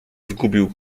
zgubił